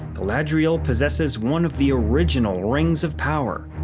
galadriel possesses one of the original rings of power.